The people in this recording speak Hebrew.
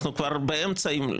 אנחנו כבר באמצע ינואר,